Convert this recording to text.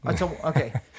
Okay